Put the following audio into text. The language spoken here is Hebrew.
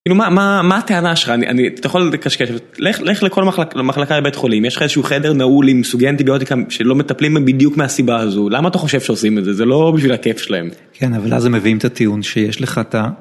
כאילו מה מה מה הטענה שלך, אתה יכול לקשקש, לך לכל מחלקה בבית החולים, יש לך איזשהו חדר נעול עם סוגיה אנטיביוטיקה שלא מטפלים בדיוק מהסיבה הזו, למה אתה חושב שעושים את זה, זה לא בשביל הכיף שלהם. - כן, אבל אז הם מביאים את הטיעון שיש לך אתה.